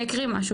אני אקריא משהו,